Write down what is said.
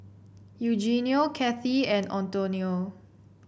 Eugenio Cathey and Antonio